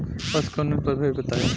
पशु के उन्नत प्रभेद बताई?